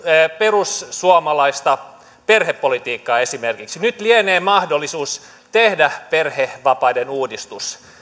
perussuomalaista perhepolitiikkaa nyt lienee mahdollisuus tehdä perhevapaiden uudistus